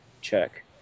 check